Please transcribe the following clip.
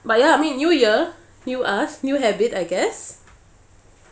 but ya I mean new year new us new habit I guess